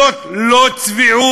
זאת לא צביעות?